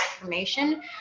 information